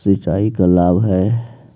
सिंचाई का लाभ है?